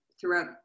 throughout